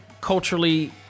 culturally